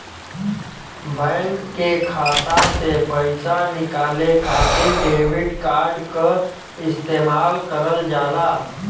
bank के खाता से पइसा निकाले खातिर डेबिट कार्ड क इस्तेमाल करल जाला